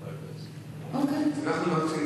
והגיעו 6,400. מדינת ישראל,